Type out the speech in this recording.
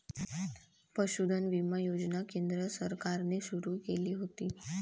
पशुधन विमा योजना केंद्र सरकारने सुरू केली होती